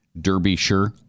Derbyshire